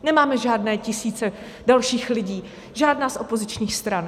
Nemáme žádné tisíce dalších lidí, žádná z opozičních stran.